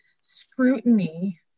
scrutiny